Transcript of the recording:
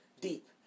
deep